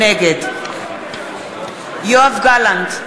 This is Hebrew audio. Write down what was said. נגד יואב גלנט,